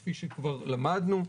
כפי שכבר למדנו,